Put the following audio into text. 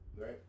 Right